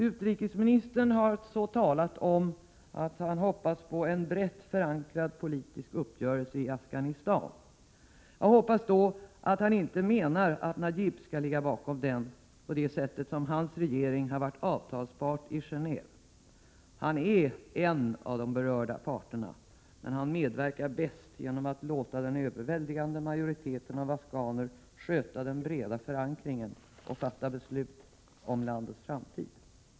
Utrikesministern har vidare talat om att han hoppas på ”en brett förankrad politisk uppgörelse i Afghanistan”. Jag hoppas då att han inte menar att Najibullah skall ligga bakom den så som hans regering varit avtalspart i 'Genéeve. Han är en av de berörda parterna, men han medverkar bäst genom att låta den överväldigande majoriteten av afghaner sköta den breda förankringen och fatta beslut om landets framtid.